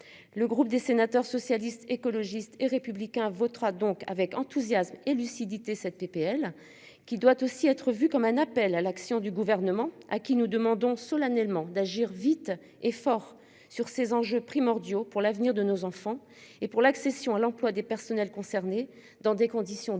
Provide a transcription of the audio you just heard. Le groupe des sénateurs socialiste, écologiste et républicain votera donc avec enthousiasme et lucidité cette PPL qui doit aussi être vu comme un appel à l'action du gouvernement, à qui nous demandons solennellement d'agir vite et fort sur ces enjeux primordiaux pour l'avenir de nos enfants et pour l'accession à l'emploi des personnels concernés dans des conditions dignes.